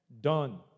done